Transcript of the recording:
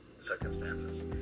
circumstances